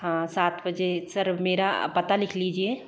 हाँ सात बजे सर मेरा पता लिख लीजिए